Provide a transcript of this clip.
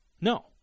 No